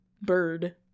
bird